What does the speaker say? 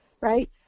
right